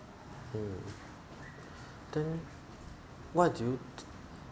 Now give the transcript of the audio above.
mm then what do you